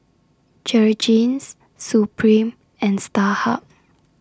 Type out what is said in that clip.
Jergens Supreme and Starhub